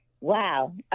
Wow